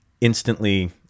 instantly